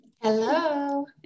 Hello